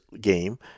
game